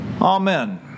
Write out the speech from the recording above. Amen